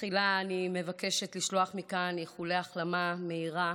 תחילה אני מבקשת לשלוח מכאן איחולי החלמה מהירה